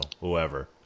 whoever